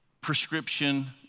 prescription